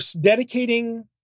dedicating